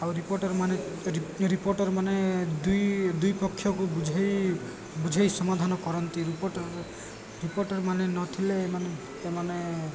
ଆଉ ରିପୋର୍ଟର୍ମାନେ ରିପୋର୍ଟର୍ମାନେ ଦୁଇ ଦୁଇ ପକ୍ଷକୁ ବୁଝେଇ ବୁଝେଇ ସମାଧାନ କରନ୍ତି ରିପୋର୍ଟର୍ ରିପୋର୍ଟର୍ମାନେ ନଥିଲେ ଏମାନେ ଏମାନେ